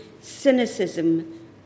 cynicism